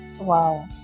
Wow